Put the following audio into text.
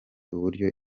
uburyo